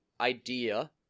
idea